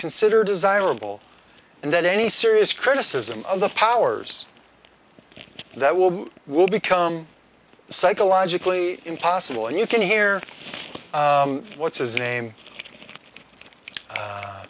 consider desirable and that any serious criticism of the powers that will be will become psychologically impossible and you can hear what's his name